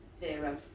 Zero